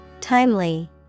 Timely